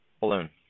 balloon